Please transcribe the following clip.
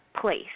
place